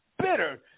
bitter